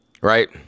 right